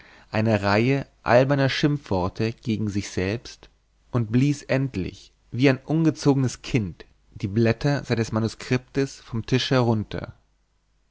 eine reihe alberner schimpfworte gegen sich selbst und blies endlich wie ein ungezogenes kind die blätter seines manuskriptes vom tisch herunter